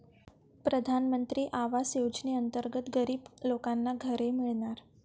प्रधानमंत्री आवास योजनेअंतर्गत गरीब लोकांना घरे मिळणार